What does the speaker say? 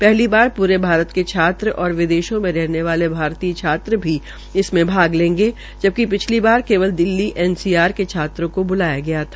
पहली बार पूरे भारत के छात्र और विदेशों में रहने वाले भारतीय छात्र भी इसमें भाग लेंगे जबकि पिछली बार केवल दिल्ली एनसीआर के छात्रों को ब्लाया गया था